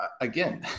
again